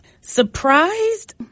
surprised